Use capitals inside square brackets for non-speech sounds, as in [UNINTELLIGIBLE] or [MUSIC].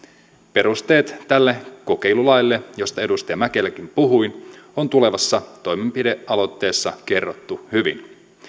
perusteet tälle kokeilulaille josta edustaja mäkeläkin puhui [UNINTELLIGIBLE] [UNINTELLIGIBLE] on tulevassa toimenpidealoitteessa kerrottu hyvin